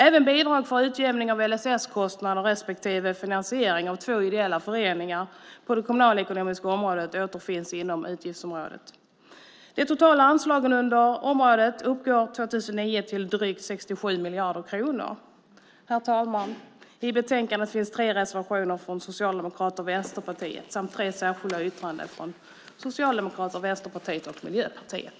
Även bidrag för utjämning av LSS-kostnader och finansiering av två ideella föreningar på det kommunalekonomiska området återfinns inom utgiftsområdet. De totala anslagen för området uppgår 2009 till drygt 67 miljarder kronor. Herr talman! I betänkandet finns tre reservationer från Socialdemokraterna och Vänsterpartiet samt tre särskilda yttranden från Socialdemokraterna, Vänsterpartiet och Miljöpartiet.